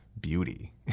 beauty